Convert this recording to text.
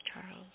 Charles